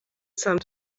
some